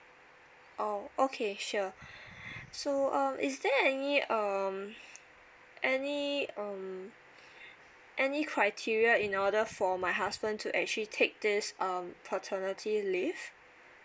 oh okay sure so um is there any um any um any criteria in order for my husband to actually take this um paternity leave